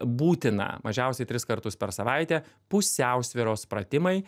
būtina mažiausiai tris kartus per savaitę pusiausvyros pratimai